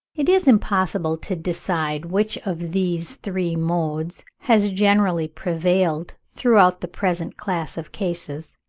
it is impossible to decide which of these three modes has generally prevailed throughout the present class of cases.